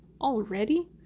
already